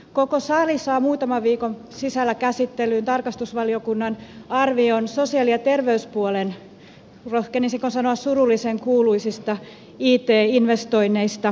koko sali saa muutaman viikon sisällä käsittelyyn tarkastusvaliokunnan arvion sosiaali ja terveyspuolen rohkenisinko sanoa surullisenkuuluisista it investoinneista